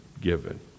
given